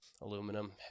Aluminum